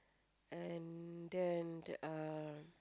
and then uh